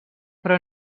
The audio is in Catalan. però